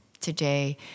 today